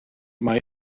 mae